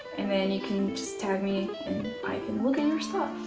and then you can just tag me and i can look at your stuff!